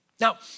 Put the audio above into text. Now